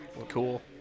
Cool